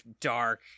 dark